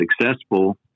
successful